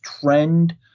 trend